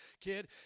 kid